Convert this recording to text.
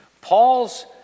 Paul's